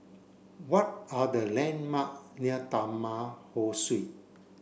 what are the landmark near Taman Ho Swee